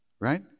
right